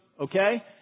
Okay